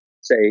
say